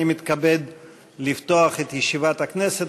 23 ביוני 2015. אני מתכבד לפתוח את ישיבת הכנסת.